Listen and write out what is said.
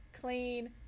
clean